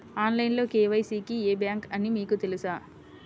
Online KYC కి ఏ bank అని మీకు తెలుసా?